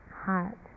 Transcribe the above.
heart